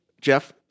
Jeff